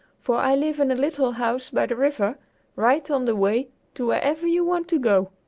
for i live in a little house by the river right on the way to wherever you want to go!